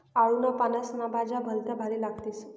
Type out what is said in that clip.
आळूना पानेस्न्या भज्या भलत्या भारी लागतीस